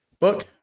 book